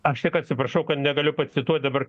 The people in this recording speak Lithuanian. aš tik atsiprašau kad negaliu pacituot dabar